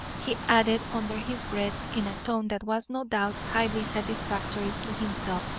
he added under his breath in a tone that was no doubt highly satisfactory to himself